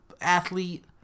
athlete